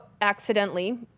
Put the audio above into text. accidentally